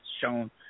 shown